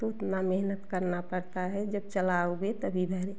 तो उतना मेहनत करना पड़ता है जब चलाओगे तभी में